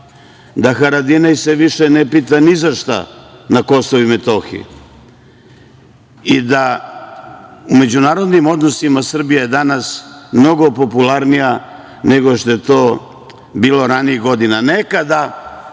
da Haradinaj se više ne pita više ni za šta na KiM i da u međunarodnim odnosima Srbija je danas mnogo popularnija nego što je to bilo ranijih godina.